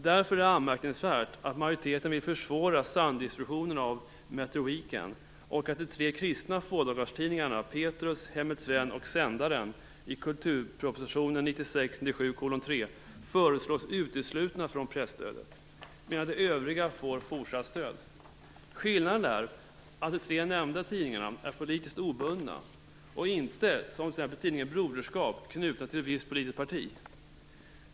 Det är därför anmärkningsvärt att majoriteten vill försvåra samdistributionen av Metro Weekend och att de tre kristna fådagarstidningarna Petrus, 1996/97:3 föreslås uteslutna från presstödet, medan de övriga får fortsatt stöd. Skillnaden är att dessa tre tidningar är politiskt obundna och inte, som t.ex. tidningen Broderskap, är knutna till ett visst politiskt parti.